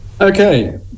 Okay